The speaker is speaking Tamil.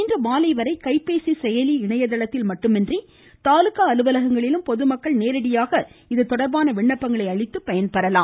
இன்று மாலை வரை கைப்பேசி செயலி இணையதளத்தில் மட்டுமின்றி தாலுக்கா அலுவலகங்களிலும் பொதுமக்கள் நேரடியாக இது தொடர்பான விண்ணப்பங்களை அளித்து பயன்பெறலாம்